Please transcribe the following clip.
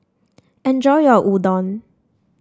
enjoy your Udon